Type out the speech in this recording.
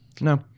no